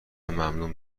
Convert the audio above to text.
ممنون